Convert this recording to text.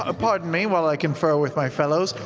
ah pardon me while i confer with my fellows.